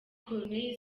koloneli